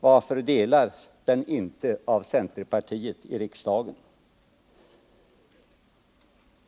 Varför delas den inte av centerpartisterna i riksdagen?